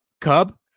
Cub